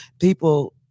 People